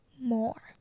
more